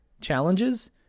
challenges